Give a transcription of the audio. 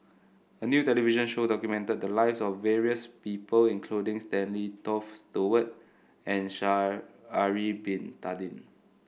a new television show documented the lives of various people including Stanley Toft Stewart and Sha'ari Bin Tadin